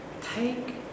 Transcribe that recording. take